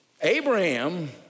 Abraham